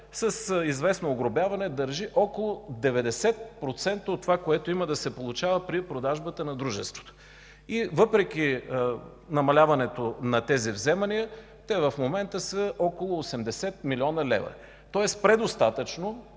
с известно огрубяване държи около 90% от това, което има да се получава при продажбата на дружеството. Въпреки намаляването на тези вземания, в момента са около 80 млн. лв., тоест предостатъчно,